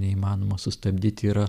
neįmanoma sustabdyti yra